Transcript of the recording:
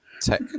tech